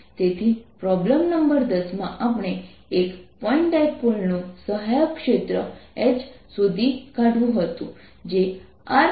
તેથી આપણે potential d b જોઈ શકીએ છીએ